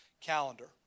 calendar